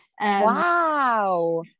Wow